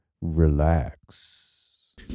relax